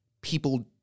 people